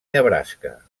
nebraska